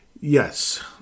Yes